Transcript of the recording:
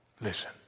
listen